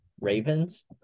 Ravens